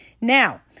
Now